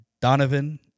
Donovan